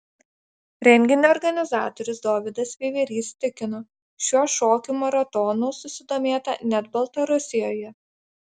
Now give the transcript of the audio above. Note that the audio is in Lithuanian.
renginio organizatorius dovydas veiverys tikino šiuo šokių maratonų susidomėta net baltarusijoje